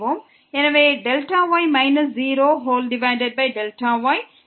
எனவே y 0y